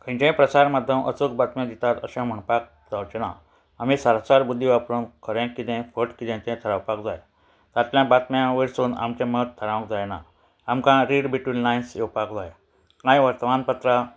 खंयचेय प्रसार माध्यम अचूक बातम्यो दितात अशें म्हणपाक जावचें ना आमी सरसार बुद्दी वापरून खरें कितें फट कितें तें थरावपाक जाय तातल्या बातम्या वयरसून आमचें मत थरावंक जायना आमकां रिड बिटूवीन लायन्स येवपाक कांय वर्तमानपत्रां